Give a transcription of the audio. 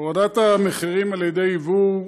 הורדת המחירים על ידי יבוא,